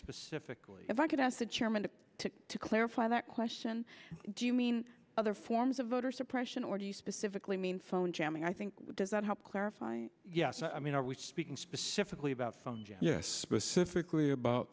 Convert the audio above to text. specifically if i could ask the chairman to to to clarify that question do you mean other forms of voter suppression or do you specifically mean phone jamming i think what does that help clarify yes i mean are we speaking specifically about function yes specifically about